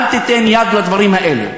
אל תיתן יד לדברים האלה.